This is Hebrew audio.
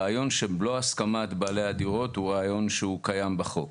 הרעיון ללא הסכמת בעלי הדירות הוא רעיון שקיים בחוק